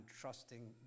trusting